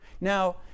Now